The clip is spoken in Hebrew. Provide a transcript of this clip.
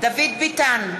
דוד ביטן,